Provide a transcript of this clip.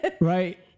right